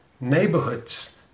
neighborhoods